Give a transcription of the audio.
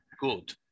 good